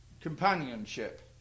companionship